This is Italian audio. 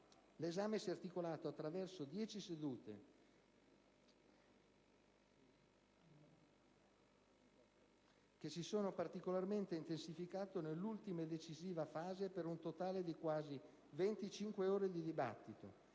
l'esame si è articolato attraverso 10 sedute, che si sono particolarmente intensificate nell'ultima e decisiva fase, per un totale di quasi 25 ore di dibattito.